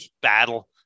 battle